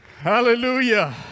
hallelujah